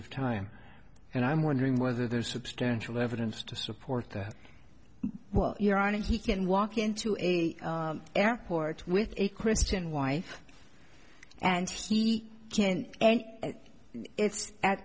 of time and i'm wondering whether there's substantial evidence to support that while you're on it he can walk into a airport with a christian wife and he can't and it's at